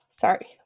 Sorry